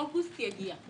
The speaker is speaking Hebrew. אוגוסט יגיע.